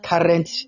Current